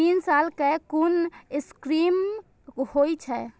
तीन साल कै कुन स्कीम होय छै?